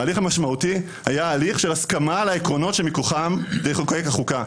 ההליך המשמעותי היה הליך של הסכמה על העקרונות שמכוחם לחוקק את החוקה.